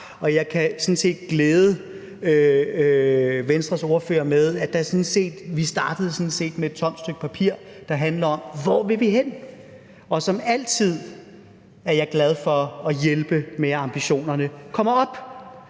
sådan set glæde Venstres ordfører med at sige, at vi sådan set startede med et tomt stykke papir. Det handlede om: Hvor vil vi hen? Som altid er jeg glad for at hjælpe med at få ambitionerne op.